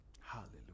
Hallelujah